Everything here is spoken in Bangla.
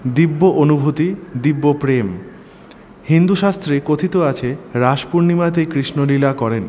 দিব্য অনুভূতি দিব্য প্রেম হিন্দু শাস্ত্রে কথিত আছে রাস পূর্ণিমাতে কৃষ্ণ লীলা করেন